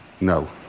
No